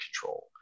control